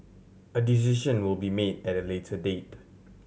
a decision will be made at a later date